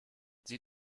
sie